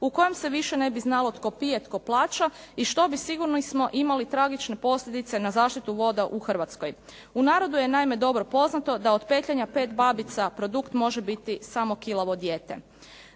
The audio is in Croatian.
u kojem se više ne bi znalo tko pije tko plaća i što bi sigurni smo imali tragične posljedice na zaštitu voda u Hrvatskoj. U narodu je naime dobro poznato da od petljanja pet babica produkt može biti samo kilavo dijete.